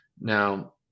Now